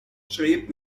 schrieb